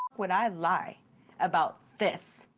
would i lie about this?